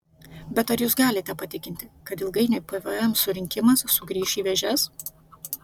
bet ar jūs galite patikinti kad ilgainiui pvm surinkimas sugrįš į vėžes